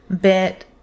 bit